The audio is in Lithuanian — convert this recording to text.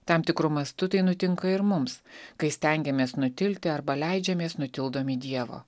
tam tikru mastu tai nutinka ir mums kai stengiamės nutilti arba leidžiamės nutildomi dievo